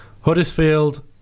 Huddersfield